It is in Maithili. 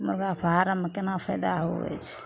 मुरगा फारममे कोना फायदा होबै छै